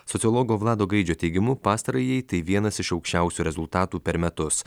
sociologo vlado gaidžio teigimu pastarajai tai vienas iš aukščiausių rezultatų per metus